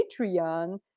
patreon